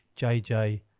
JJ